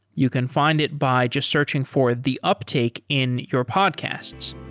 you can find it by just searching for the uptake in your podcasts